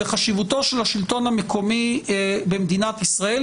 חשיבותו של השלטון המקומי במדינת ישראל